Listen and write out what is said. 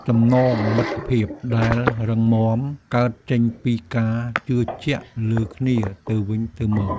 ចំណងមិត្តភាពដែលរឹងមាំ កើតចេញពីការជឿជាក់លើគ្នាទៅវិញទៅមក។